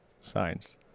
Science